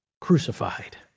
crucified